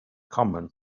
common